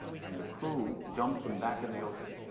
and the crew dumped them back in the ocean.